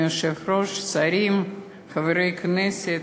אדוני היושב-ראש, שרים, חברי הכנסת,